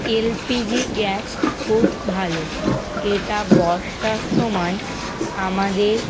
এল P G gas খুব ভালো এটা বর্ষার সময় আমাদের